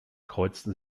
kreuzten